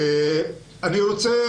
אני רוצה